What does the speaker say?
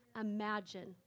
imagine